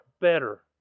Better